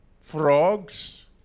frogs